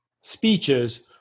speeches